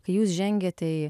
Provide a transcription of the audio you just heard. kai jūs žengėte į